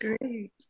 great